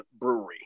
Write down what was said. Brewery